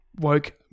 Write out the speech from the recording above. woke